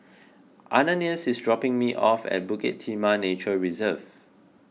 Ananias is dropping me off at Bukit Timah Nature Reserve